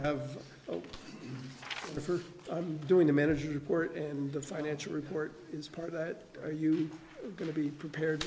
have the first i'm doing the manager report and the financial report is part of that are you going to be prepared